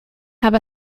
have